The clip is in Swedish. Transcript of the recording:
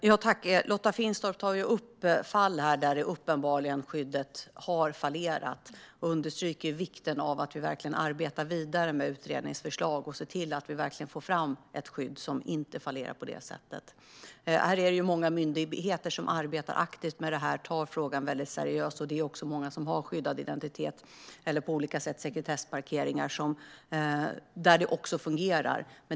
Herr talman! Lotta Finstorp tar upp fall där skyddet uppenbarligen har fallerat. Jag understryker vikten av att vi verkligen arbetar vidare med utredningsförslag och ser till att vi får fram ett skydd som inte fallerar på detta sätt. Många myndigheter arbetar aktivt med detta och tar frågan seriöst. Många personer har skyddad identitet eller olika slags sekretessmarkeringar där det fungerar.